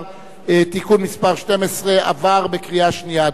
(תיקון מס' 12) עברה בקריאה שנייה.